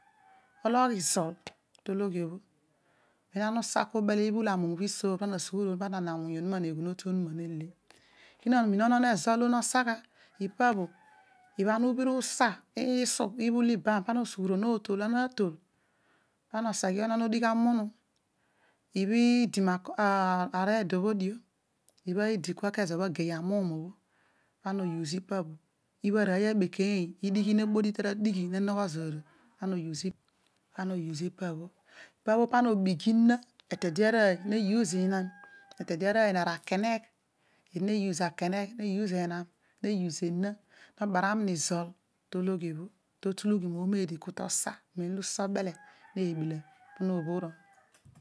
Ologh izol to logh obho ana usa kua ibhul amuum obho isor pa ana na awuuy onuma ne eghunoru onuna ne eghun otu- onuma na le, kir no min sa gha onon ezo olo no ipe bho ibha ana ubhira usa iisu, ibhul ibam pa ana na osughuron otol, atok pana oseghe onon odigh amunu ibha idi ma red dobhu dio ibha idi kma keto bho age is amuum obbo, pana o use pa bho ibha arouy abekeeny idighi na bodii tu noghooy ra ddighi ne zour obho pana ose ipa tho, lpa bho pana obigi ari ina, erede arooy ne use inam erede na ra alkenegh eedi ne use ne akenegh ne us enam, ne use ena ebaram nizol tologhi obho ki totulughi momeedi ki to oja amem usa obele, ne bila, po no obhor ó.